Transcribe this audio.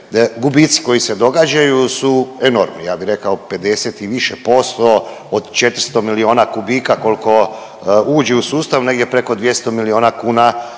gubici koji se događaju su enormni, ja bi rekao 50 i više posto od 400 milijuna kubika kolko uđe u sustav negdje preko 200 milijuna